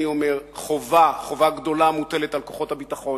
חובה גדולה מוטלת על כוחות הביטחון,